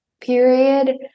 period